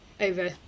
over